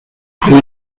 rue